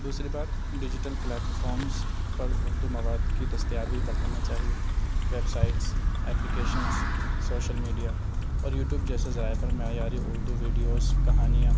دوسری بات digital platforms پر اردو مواد کی دستیابی بڑھانا چاہیے ویبسائٹس ایپلیکیشنس سوشل میڈیا اور یوٹیوب جیسے ذرائع پر معیاری اردو ویڈیوز کہانیاں